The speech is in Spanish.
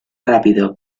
rápido